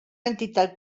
entitat